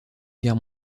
guerre